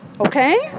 Okay